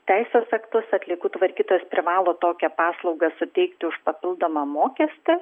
teisės aktus atliekų tvarkytojas privalo tokią paslaugą suteikti už papildomą mokestį